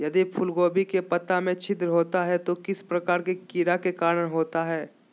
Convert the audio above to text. यदि फूलगोभी के पत्ता में छिद्र होता है तो किस प्रकार के कीड़ा के कारण होता है?